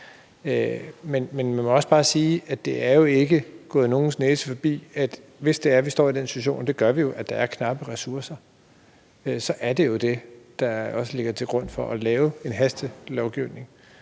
Men man må også bare sige, at det jo ikke er gået nogens næse forbi, at hvis vi står i den situation, og det gør vi, at der er knappe ressourcer, så er det det, der ligger til grund for at lave en hastelovgivning.